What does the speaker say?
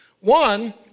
One